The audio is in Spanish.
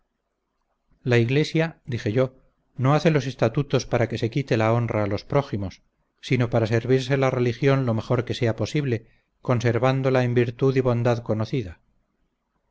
la iglesia dije yo no hace los estatutos para que se quite la honra a los prójimos sino para servirse la religión lo mejor que sea posible conservándola en virtud y bondad conocida